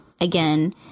again